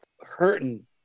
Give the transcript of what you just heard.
hurting